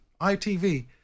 ITV